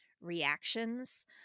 reactions